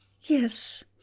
yes